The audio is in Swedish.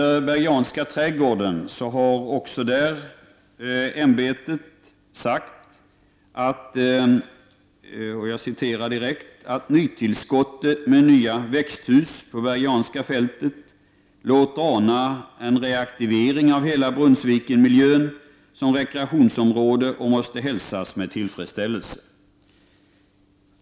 Riksantikvarieämbetet har beträffande Bergianska trädgården sagt att ”nytillskottet med nya växthus på Bergianska fältet låter ana en reaktivering av hela Brunnsvikenmiljön som rekreationsområde och måste hälsas med tillfredsställelse”.